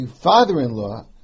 father-in-law